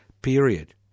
period